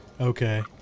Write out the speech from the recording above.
Okay